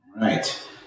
right